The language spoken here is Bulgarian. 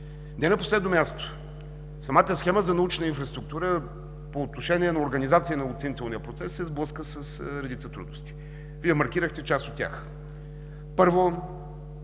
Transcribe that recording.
Не на последно място, самата схема за научна инфраструктура по отношение на организация на оценителния процес се сблъска с редица трудности. Вие маркирахте част от тях. Първо,